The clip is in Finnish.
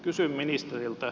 kysyn ministeriltä